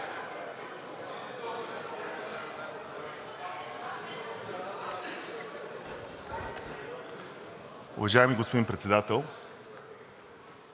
Уважаеми господин Председател,